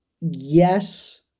yes